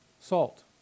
Salt